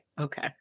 Okay